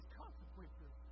consequences